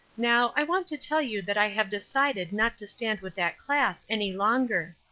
now, i want to tell you that i have decided not to stand with that class any longer.